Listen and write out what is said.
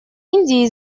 индии